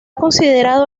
considerado